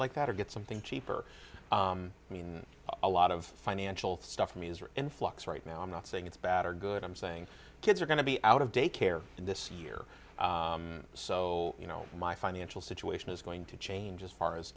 like that or get something cheaper i mean a lot of financial stuff for me is in flux right now i'm not saying it's bad or good i'm saying kids are going to be out of daycare in this year so you know my financial situation is going to change as far as